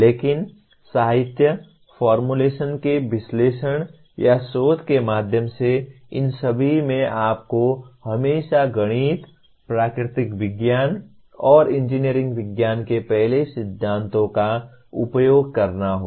लेकिन साहित्य फार्मूलेशन के विश्लेषण या शोध के माध्यम से इन सभी में आपको हमेशा गणित प्राकृतिक विज्ञान और इंजीनियरिंग विज्ञान के पहले सिद्धांतों का उपयोग करना होगा